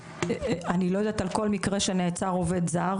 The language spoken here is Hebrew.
אני לא יודעת על כל מקרה שנעצר עובד זר,